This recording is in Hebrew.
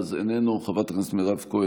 חבר הכנסת מוסי רז,